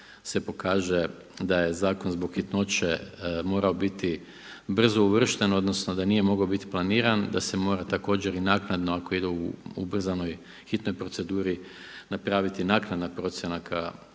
se pokaže da je zakon zbog hitnoće mora biti brzo uvršten, odnosno da nije mogao biti planiran, da se mora također i naknadno ako ide u ubrzanoj hitnoj proceduri napraviti naknadna promjena